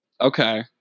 Okay